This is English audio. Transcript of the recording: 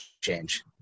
change